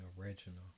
original